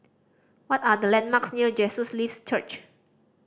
what are the landmarks near Jesus Lives Church